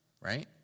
Right